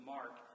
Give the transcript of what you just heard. Mark